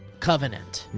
covenant.